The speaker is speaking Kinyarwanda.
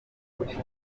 zikomeye